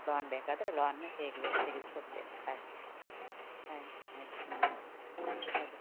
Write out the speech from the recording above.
loan ಬೇಕಾದರೆ loan ಹೇಗೆ ಬೇಕು ತೆಗಿಸ್ಕೊಡ್ತೇವೆ ಅಷ್ಟೆ ಹಾಂ ಆಯ್ತು ಹಾಂ ಅದೆ